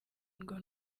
ngo